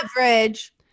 average